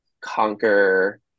conquer